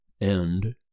End